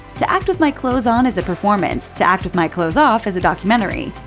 to act with my clothes on is a performance. to act with my clothes off is a documentary.